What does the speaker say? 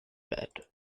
bed